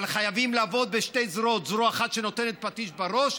אבל חייבים לעבוד בשתי זרועות: זרוע אחת שנותנת פטיש בראש,